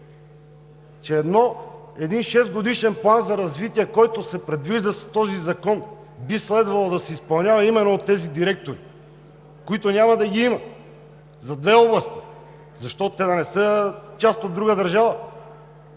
че един шестгодишен план за развитие, който се предвижда с този закон, би следвало да се изпълнява именно от тези директори, които няма да ги има за две области. Защо? Те да не са част от друга държава?